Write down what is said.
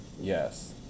Yes